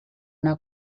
una